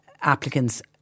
applicants